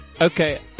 okay